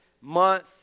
month